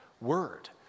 word